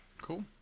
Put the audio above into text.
Cool